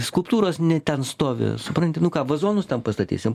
skulptūros ne ten stovi supranti nu ką vazonus tam pastatysim